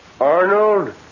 Arnold